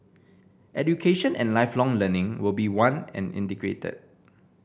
education and Lifelong Learning will be one and integrated